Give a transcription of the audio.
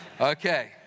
Okay